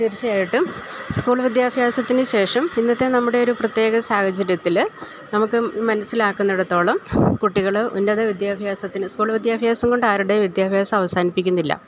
തീർച്ചയായിട്ടും സ്കൂൾ വിദ്യാഭ്യാസത്തിന് ശേഷം ഇന്നത്തെ നമ്മുടെ ഒരു പ്രത്യേക സാഹചര്യത്തില് നമുക്ക് മനസ്സിലാക്കുന്നിടത്തോളം കുട്ടികള് ഉന്നത വിദ്യാഭ്യാസത്തിന് സ്കൂൾ വിദ്യാഭ്യാസം കൊണ്ടാരുടേയും വിദ്യാഭ്യാസം അവസാനിപ്പിക്കുന്നില്ല